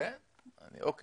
אני אומר